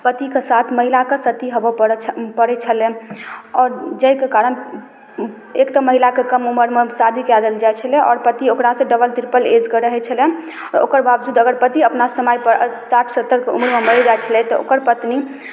पतिके साथ महिलाके सती होवय पड़ै छलैन आओर जाहिके कारण एक तऽ महिलाके कम उम्रमे शादी कए देल जाए छलै आओर पति ओकरासँ डबल ट्रिपल एजके रहै छलैन ओकर बावजूद अगर पति अपना समयपर साठि सत्तरिके उम्र मे मरि जाइ छलै तऽ ओकर पत्नी